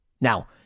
Now